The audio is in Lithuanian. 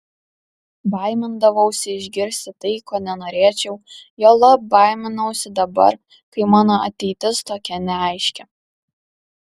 baimindavausi išgirsti tai ko nenorėčiau juolab baiminausi dabar kai mano ateitis tokia neaiški